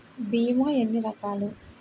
భీమ ఎన్ని రకాలు?